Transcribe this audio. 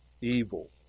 evil